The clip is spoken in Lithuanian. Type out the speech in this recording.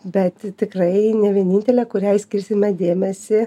bet tikrai ne vienintelė kuriai skirsime dėmesį